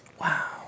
Wow